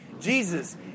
Jesus